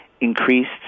increased